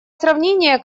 сравнения